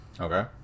Okay